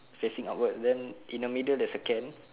facing upward then in the middle there's a can